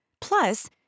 Plus